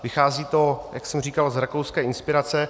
Vychází, jak jsem říkal, z rakouské inspirace.